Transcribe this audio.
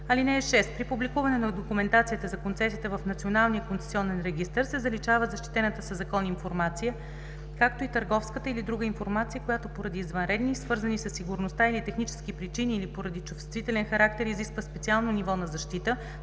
(6) При публикуване на документацията за концесията в Националния концесионен регистър се заличава защитената със закон информация, както и търговската или друга информация, която поради извънредни, свързани със сигурността или технически причини, или поради чувствителен характер изисква специално ниво на защита,